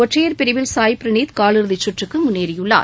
ஒற்றையர் பிரிவில் சாய் பிரணீத் கால் இறுதிச் சுற்றுக்கு முன்னேறியுள்ளார்